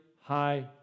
high